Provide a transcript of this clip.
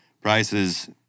prices